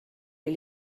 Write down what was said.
les